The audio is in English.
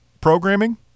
programming